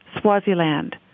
Swaziland